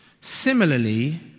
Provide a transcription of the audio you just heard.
Similarly